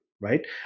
right